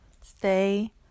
stay